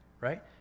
right